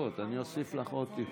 הינה היא,